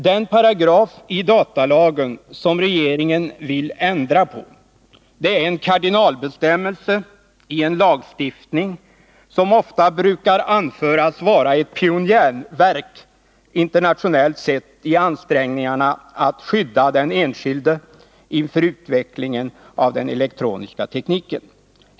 Den paragraf i datalagen som regeringen vill ändra på är en kardinalbe stämmelse i en lagstiftning som ofta brukar anföras vara ett pionjärverk internationellt sett i ansträngningarna att skydda den enskilde inför utvecklingen av den elektroniska tekniken.